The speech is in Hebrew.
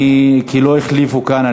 לא החליפו אותי כאן,